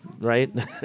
right